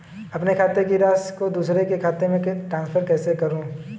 अपने खाते की राशि को दूसरे के खाते में ट्रांसफर कैसे करूँ?